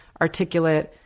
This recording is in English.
articulate